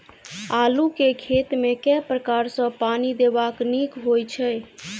आलु केँ खेत मे केँ प्रकार सँ पानि देबाक नीक होइ छै?